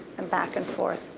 and back and forth.